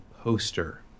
poster